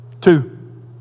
Two